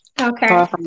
Okay